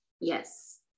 yes